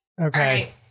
Okay